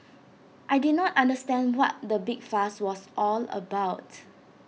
and I did not understand what the big fuss was all about